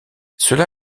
cela